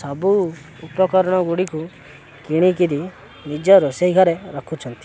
ସବୁ ଉପକରଣଗୁଡ଼ିକୁ କିଣିକିରି ନିଜ ରୋଷେଇ ଘରେ ରଖୁଛନ୍ତି